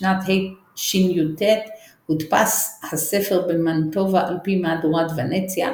בשנת השי"ט הודפס הספר במנטובה על פי מהדורת וונציה,